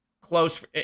close